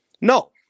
No